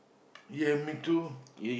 ya me too